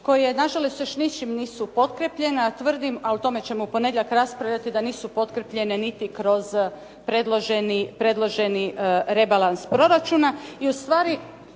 koji nažalost još ničim nisu potkrepljena a tvrdim, a o tome ćemo u ponedjeljak raspravljati da nisu potkrepljene kroz predloženi rebalans proračuna.